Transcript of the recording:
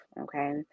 Okay